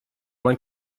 man